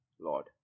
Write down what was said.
Lord